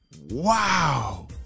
Wow